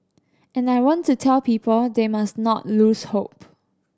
and I want to tell people they must not lose hope